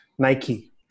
Nike